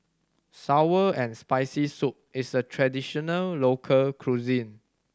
sour and Spicy Soup is a traditional local cuisine